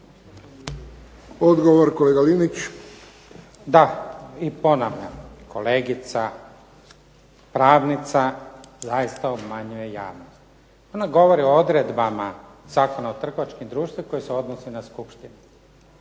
Slavko (SDP)** Da, i ponavljam kolegica pravnica zaista obmanjuje javnost. Ona govori o odredbama Zakona o trgovačkim društvima koji se odnosi na skupštinu.